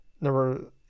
Number